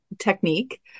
technique